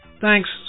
Thanks